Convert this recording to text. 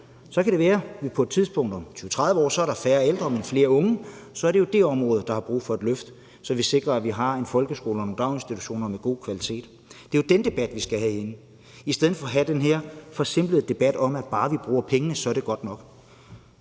Så kan det være, at der på et tidspunkt om 20-30 år er færre ældre, men flere unge, og så er det jo det område, der har brug for et løft, så vi sikrer, at vi har en folkeskole og nogle daginstitutioner med god kvalitet. Det er jo den debat, vi skal have herinde, i stedet for at have den her forsimplede debat om, at bare vi bruger pengene, er det godt nok.